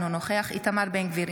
אינו נוכח איתמר בן גביר,